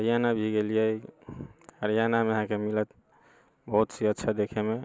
हरियाणा भी गेलियै हरियाणामे अहाँकेँ मिलत बहुत चीज अच्छा देखैमे